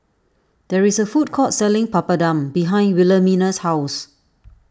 there is a food court selling Papadum behind Wilhelmina's house